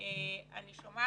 מהו סטנדרט